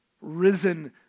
risen